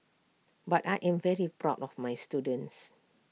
but I am very proud of my students